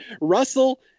Russell